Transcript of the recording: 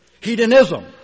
hedonism